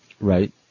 Right